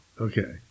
Okay